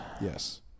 Yes